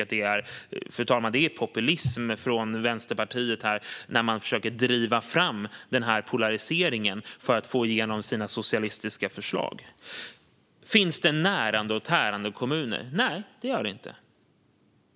Jag tycker att det är populism från Vänsterpartiet när man försöker driva fram den här polariseringen för att få igenom sina socialistiska förslag. Finns det närande och tärande kommuner? Nej, det gör det inte.